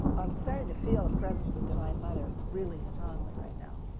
i'm starting to feel a presence of divine mother really strongly right now,